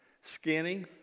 skinny